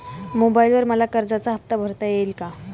मोबाइलवर मला कर्जाचा हफ्ता भरता येईल का?